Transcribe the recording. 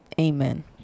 amen